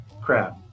crab